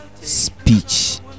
speech